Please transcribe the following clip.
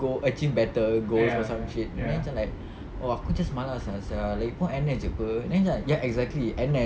go achieve better goals or some shit then macam like oh aku just malas ah sia lagipun N_S jer [pe] then ya exactly N_S